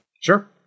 Sure